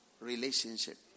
relationship